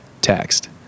text